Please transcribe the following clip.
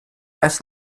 erst